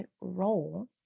role